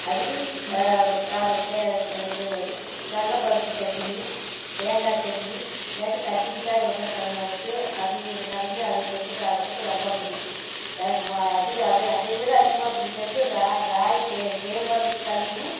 அதுக்கு கலர் தே கடல பருப்பு சட்னி தேங்காய் சட்னி இல்லாட்டி கத்திரிக்காய் உருளக்கிழங்கு அவிச்சு அதையே கடஞ்சு அதை தொட்டு சாப்பிட்றதுக்கு ரொம்ப பிடிக்கும் எனக்கு அதிக அதைவிட அதிகமாக பிடிக்கிறது ரா ராகி கே கேழ்வரகு களி இன்னும்